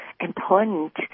important